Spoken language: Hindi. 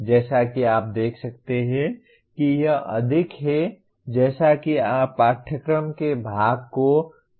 जैसा कि आप देख सकते हैं कि यह अधिक है जैसे कि आप पाठ्यक्रम के भाग को क्या कहते हैं